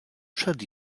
przed